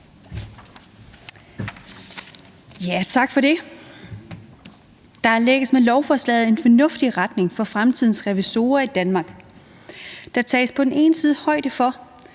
(V): Tak for det. Der lægges med lovforslaget en fornuftig retning for fremtidens revisorer i Danmark. Der tages på den ene side højde for,